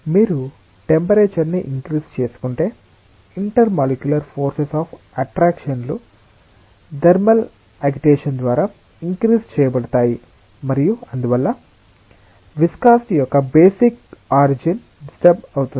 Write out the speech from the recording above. మీరు టెంపరేచర్ ని ఇన్క్రిజ్ చేసుకుంటే intermolecular forces of attraction లు థర్మల్ ఆగిటేషన్ ద్వారా ఇన్క్రిజ్ చేయబడతాయి మరియు అందువల్ల విస్కాసిటి యొక్క బేసిక్ ఆరిజిన్ డిస్టర్బ్ అవుతుంది